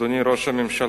אדוני ראש הממשלה,